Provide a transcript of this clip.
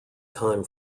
time